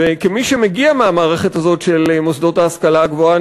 וכמי שמגיע מהמערכת הזאת של מוסדות ההשכלה הגבוהה,